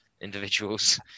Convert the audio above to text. individuals